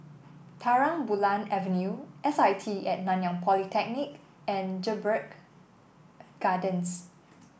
Terang Bulan Avenue S I T and Nanyang Polytechnic and Jedburgh Gardens